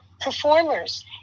performers